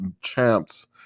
Champs